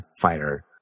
fighter